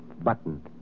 Button